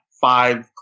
five